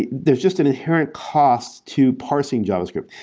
they're just an inherent cost to parsing javascript.